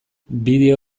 bideo